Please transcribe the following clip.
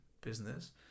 business